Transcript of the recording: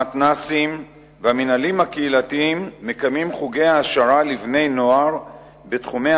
המתנ"סים והמינהלים הקהילתיים מקיימים חוגי העשרה לבני-נוער בתחומי